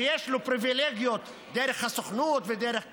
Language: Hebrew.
שיש לו פריבילגיות דרך הסוכנות ודרך